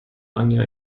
anja